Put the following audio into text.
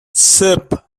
sep